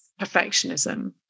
perfectionism